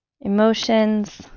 Emotions